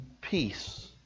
peace